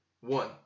One